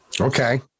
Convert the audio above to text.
okay